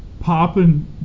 popping